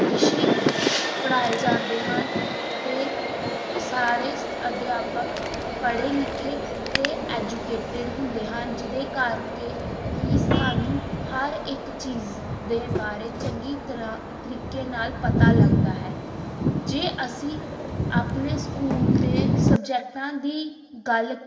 ਵਿਸ਼ੇ ਪੜ੍ਹਾਏ ਜਾਂਦੇ ਹਨ ਅਤੇ ਸਾਰੇ ਅਧਿਆਪਕ ਪੜ੍ਹੇ ਲਿਖੇ ਅਤੇ ਐਜੂਕੇਟਡ ਹੁੰਦੇ ਹਨ ਜਿਹਦੇ ਕਰਕੇ ਕਿ ਸਾਨੂੰ ਹਰ ਇੱਕ ਚੀਜ਼ ਦੇ ਬਾਰੇ ਚੰਗੀ ਤਰ੍ਹਾਂ ਤਰੀਕੇ ਨਾਲ ਪਤਾ ਲੱਗਦਾ ਹੈ ਜੇ ਅਸੀਂ ਆਪਣੇ ਸਕੂਲ ਦੇ ਸਬਜੈਕਟਾਂ ਦੀ ਗੱਲ